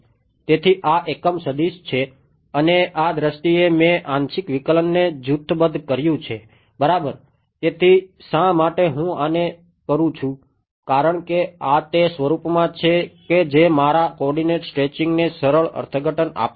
તેથી આ એકમ સદિશ છે કે જે મારા કોઓર્ડિનેટ્સ સ્ટ્રેચિંગને સરળ અર્થઘટન આપે છે